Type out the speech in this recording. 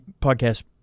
podcast